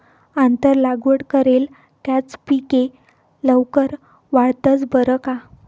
आंतर लागवड करेल कॅच पिके लवकर वाढतंस बरं का